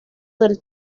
del